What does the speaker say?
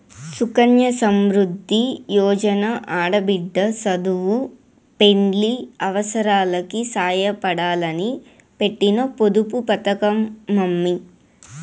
సుకన్య సమృద్ది యోజన ఆడబిడ్డ సదువు, పెండ్లి అవసారాలకి సాయపడాలని పెట్టిన పొదుపు పతకమమ్మీ